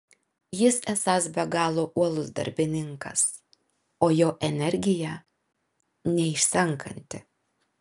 jis esąs be galo uolus darbininkas o jo energija neišsenkanti